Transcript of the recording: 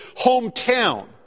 hometown